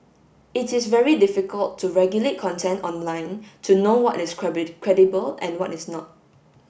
it is very difficult to regulate content online to know what is credible and what is not